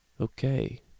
Okay